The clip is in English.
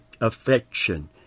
affection